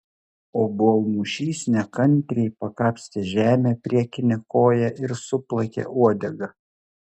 obuolmušys nekantriai pakapstė žemę priekine koja ir suplakė uodega